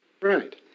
Right